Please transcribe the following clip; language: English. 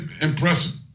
impressive